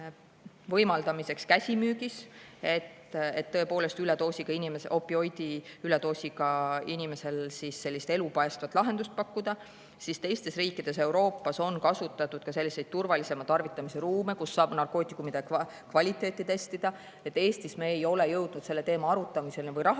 võimaldamisele käsimüügis, et tõepoolest opioidi üledoosiga inimesele elupäästvat lahendust pakkuda, on teistes riikides Euroopas kasutatud ka selliseid turvalisema tarvitamise ruume, kus saab narkootikumide kvaliteeti testida. Eestis me ei ole jõudnud selle teema arutamiseni või rahastamiseni.